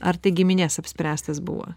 ar tai giminės apspręstas buvo